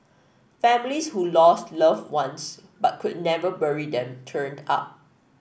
families who lost loved ones but could never bury them turned up